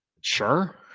Sure